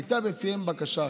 הייתה בפיהם בקשה אחת.